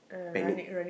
technique